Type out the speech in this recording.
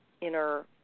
inner